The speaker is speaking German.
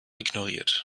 ignoriert